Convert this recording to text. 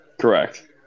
Correct